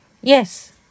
Yes